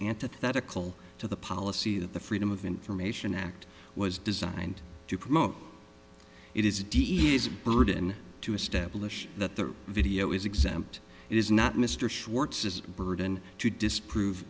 antithetical to the policy that the freedom of information act was designed to promote it is d's burden to establish that the video is exempt it is not mr schwartz is a burden to disprove